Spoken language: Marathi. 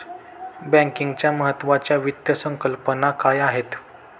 बँकिंगच्या महत्त्वाच्या वित्त संकल्पना काय आहेत?